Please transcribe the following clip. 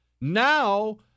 Now